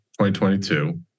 2022